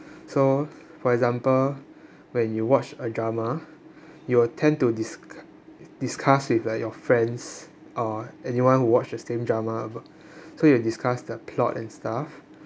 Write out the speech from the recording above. so for example when you watch a drama you will tend to disc~ discuss with like your friends or anyone watch the same drama b~ so you discuss the plot and stuff